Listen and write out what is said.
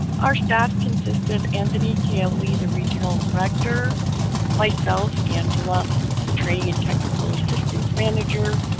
our staff consist of anthony caole, the the regional director myself angela the training and technical assistance manager